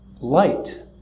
light